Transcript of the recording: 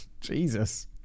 Jesus